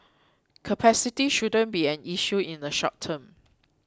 capacity shouldn't be an issue in a short term